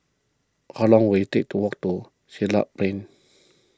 how long will it take to walk to Siglap Plain